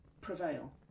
prevail